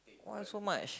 why so much